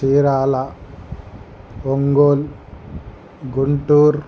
Chirala Ongole Guntur